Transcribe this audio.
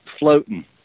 Floating